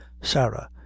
Sarah